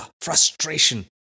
frustration